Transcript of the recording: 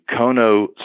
Kono